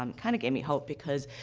um kind of gave me hope because,